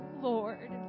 Lord